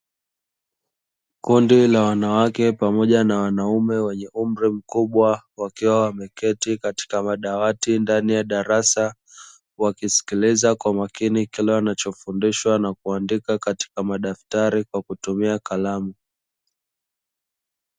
Kundi la wanawake pamoja na wanaume wenye umri mkubwa, wakiwa wameketi katika madawati ndani ya darasa, wakisikiliza kwa makini kile wanachofundishwa na kuandika katika madaftari kwa kutumia kalamu.